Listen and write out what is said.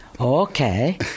okay